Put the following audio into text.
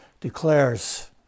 declares